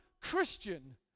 Christian